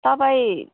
तपाईँ